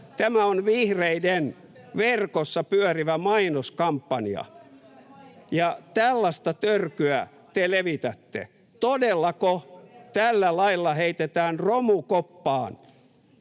Tämä on vihreiden verkossa pyörivä mainoskampanja, ja tällaista törkyä te levitätte. [Sofia Virta pyytää